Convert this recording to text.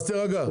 אז תירגע.